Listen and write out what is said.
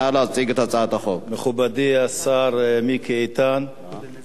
הצעת החוק הבאה הצעת חוק הקאדים (תיקון